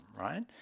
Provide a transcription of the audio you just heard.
right